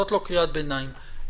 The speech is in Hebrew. זאת לא קריאת ביניים.